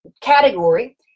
category